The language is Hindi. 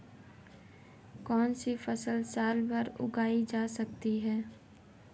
कौनसी फसल साल भर उगाई जा सकती है?